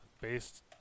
based